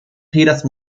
giras